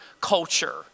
culture